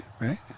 right